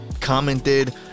commented